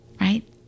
right